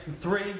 Three